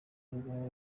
rugo